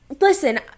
Listen